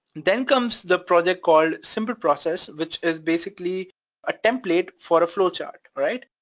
then comes the project called simple process which is basically a template for a flow chart, alright?